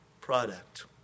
product